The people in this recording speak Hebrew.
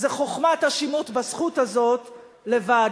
זה חוכמת השימוש בזכות הזאת לבד.